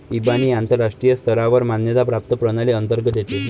इबानी आंतरराष्ट्रीय स्तरावर मान्यता प्राप्त प्रणाली अंतर्गत येते